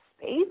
space